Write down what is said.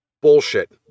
Bullshit